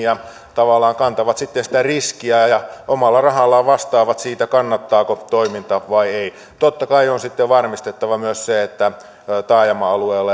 ja tavallaan kantavat riskiä ja ja omalla rahallaan vastaavat siitä kannattaako toiminta vai ei totta kai on varmistettava myös se että taajama alueilla